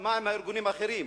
מה עם הארגונים האחרים?